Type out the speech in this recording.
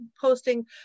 posting